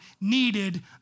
needed